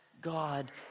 God